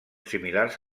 similars